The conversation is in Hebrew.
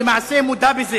למעשה היא גם מודה בזה.